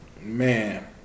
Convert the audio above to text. Man